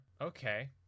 Okay